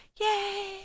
Yay